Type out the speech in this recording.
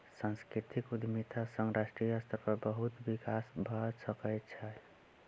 सांस्कृतिक उद्यमिता सॅ राष्ट्रीय स्तर पर बहुत विकास भ सकै छै